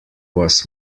was